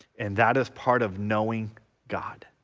and that is part of knowing god